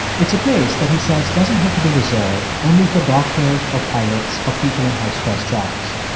it's a place that he says doesn't have to be reserved only for doctors or pilots or people in high-stress jobs.